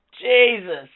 Jesus